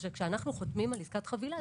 כך שכשאנחנו חותמים על עסקת חבילה,